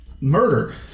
murder